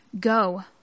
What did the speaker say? go